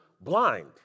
blind